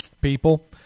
people